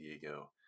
Diego